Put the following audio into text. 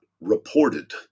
reported